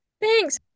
Thanks